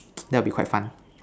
that will be quite fun